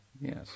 Yes